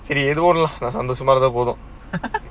சரிஏதோஒன்னுசந்தோஷமாஇருந்தாபோதும்:sari edho onnu sandhoshama irundha pothum